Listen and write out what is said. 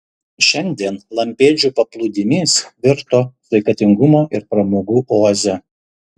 šiandien lampėdžių paplūdimys virto sveikatingumo ir pramogų oaze